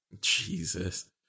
Jesus